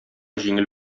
җиңел